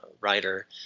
writer